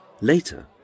Later